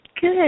Good